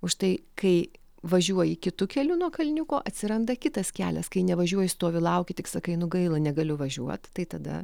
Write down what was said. už tai kai važiuoji kitu keliu nuo kalniuko atsiranda kitas kelias kai nevažiuoji stovi lauki tik sakai nu gaila negaliu važiuot tai tada